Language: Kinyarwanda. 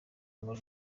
muri